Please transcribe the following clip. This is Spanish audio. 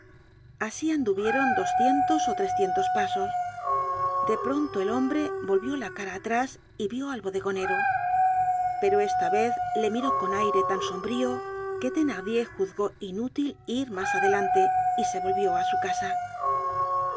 asi anduvieron doscientos ó trescientos pasos de pronto el hombre volvió la cara atrás y vió al bodegonero pero esta vez le miró con aire tan sombrío que thenardier juzgó cinútil ir mas adelante y se volvió á su casa